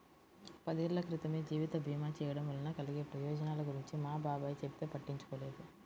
పదేళ్ళ క్రితమే జీవిత భీమా చేయడం వలన కలిగే ప్రయోజనాల గురించి మా బాబాయ్ చెబితే పట్టించుకోలేదు